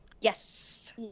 Yes